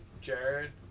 Jared